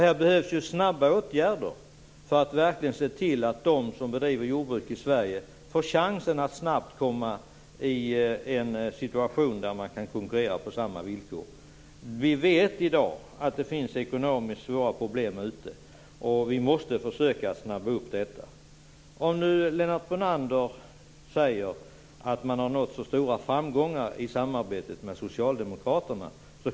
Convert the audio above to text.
Här behövs snabba åtgärder för att verkligen se till att de som bedriver jordbruk i Sverige får chansen att snabbt hamna i en situation där de kan konkurrera på samma villkor. Vi vet i dag att det finns ekonomiskt svåra problem. Vi måste försöka snabba upp det hela. Lennart Brunander säger att Centerpartiet har nått så stora framgångar i samarbetet med Socialdemokraterna.